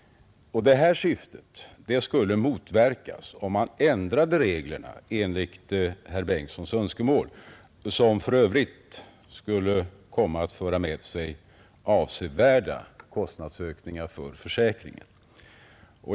Det här syftet skulle motverkas om man ändrade reglerna enligt herr Bengtssons önskemål, som för övrigt skulle komma att föra med sig avsevärda kostnadsökningar för försäkringen.